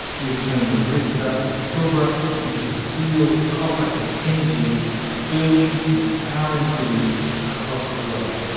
we have turned the red dust of the pilbara into the steel, copper and energy that is building and powering cities across the globe.